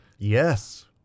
Yes